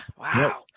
Wow